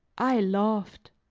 i loved.